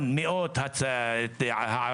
מסוף תעבורה במרחק של 100 מטר מבית של יישוב אחר,